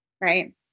Right